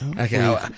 Okay